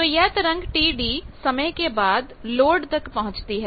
तो यह तरंग Td समय के बाद लोड तक पहुंचती है